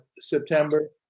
September